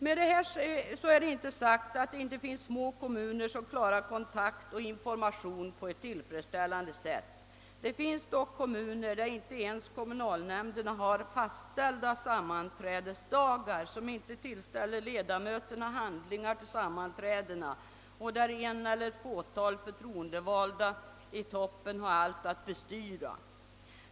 Med detta är det emellertid inte sagt att det inte finns små kommuner som klarar kontakt och information på ett tillfredsställande sätt. Det finns dock kommuner, där inte ens kommunalnämnderna har fastställda sammanträdesdagar, som inte tillställer ledamöterna handlingar till sammanträdena och där en eller ett fåtal förtroendevalda i toppen har allt att bestyra.